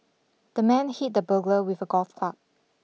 the man hit the burglar with a golf club